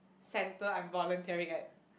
centre I am volunteering at